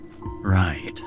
Right